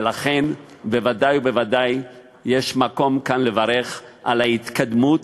ולכן, ודאי וודאי שיש מקום כאן לברך על ההתקדמות,